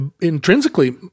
intrinsically